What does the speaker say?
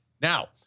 Now